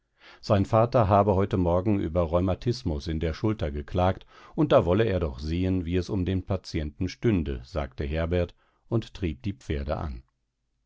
sein vater habe heute morgen über rheumatismus in der schulter geklagt und da wolle er doch sehen wie es um den patienten stünde sagte herbert und trieb die pferde an